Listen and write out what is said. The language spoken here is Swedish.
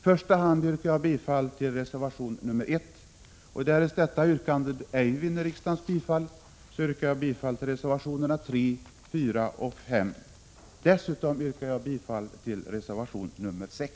Jag yrkar i första hand bifall till reservation 1 och i andra hand bifall till reservationerna 3, 4, och 5. Dessutom yrkar jag bifall till reservation 6.